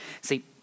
See